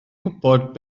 gwybod